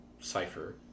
cipher